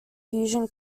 fusion